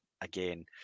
again